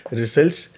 results